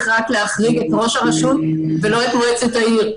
רק להחריג את ראש הרשות ולא את מועצת העיר.